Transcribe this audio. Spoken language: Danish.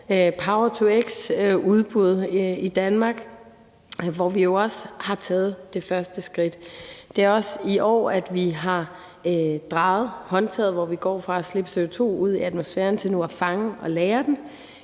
power-to-x-udbud i Danmark har vi jo også har taget det første skridt. Det er også i år, at vi har drejet på håndtaget, hvor vi går fra at slippe CO2 ud i atmosfæren til nu at fange og lagre den.